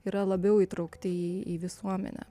yra labiau įtraukti į į visuomenę